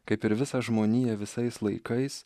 kaip ir visą žmoniją visais laikais